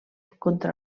contra